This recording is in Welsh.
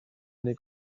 neu